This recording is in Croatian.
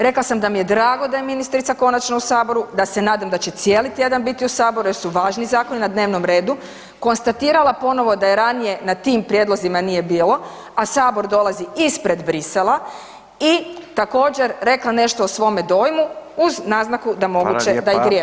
Rekla sam da mi je drago da je ministrica konačno u Saboru, da se nadam da će cijeli tjedan biti u Saboru jer su važni zakoni na dnevnom redu, konstatirala ponovno da je ranije na tim prijedlozima nije bilo, a Sabor dolazi ispred Bruxellesa i također, rekla nešto o svome dojmu uz naznaku da moguće da i griješim.